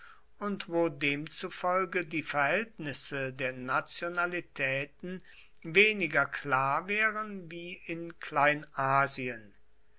und wo demzufolge die verhältnisse der nationalitäten weniger klar wären wie in kleinasien